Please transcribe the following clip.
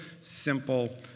simple